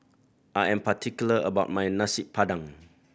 I am particular about my Nasi Padang